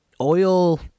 oil